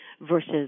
versus